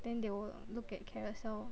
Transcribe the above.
then they will look at Carousell